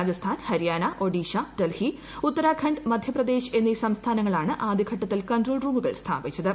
രാജസ്ഥാൻ ഹരിയാന ഒഡീഷ ഡൽഹി ഉത്തരാഖണ്ഡ് മധ്യപ്രദേശ് എന്നീ സംസ്ഥാനങ്ങളാണ് ആദ്യഘട്ടത്തിൽ കൺട്രോൾ റൂമുകൾ സ്ഥാപിച്ചത്